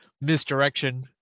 misdirection